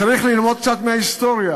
צריך ללמוד קצת מההיסטוריה.